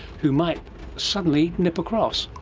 who might suddenly nip across.